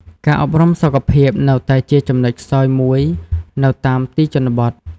ការអប់រំសុខភាពនៅតែជាចំណុចខ្សោយមួយនៅតាមទីជនបទ។